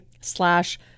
slash